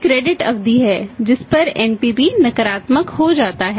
credit हो जाता है